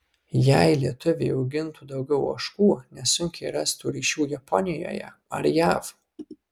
jei lietuviai augintų daugiau ožkų nesunkiai rastų ryšių japonijoje ar jav